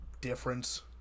difference